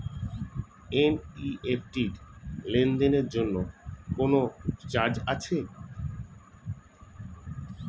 NEFT লেনদেনের জন্য কোন চার্জ আছে?